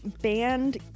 banned